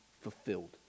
fulfilled